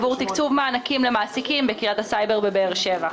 עבור תקצוב מענקים למעסיקים בקריית הסייבר בבאר שבע.